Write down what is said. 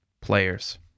players